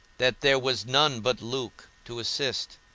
that there was none but luke to assist.